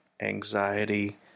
anxiety